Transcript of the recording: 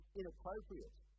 inappropriate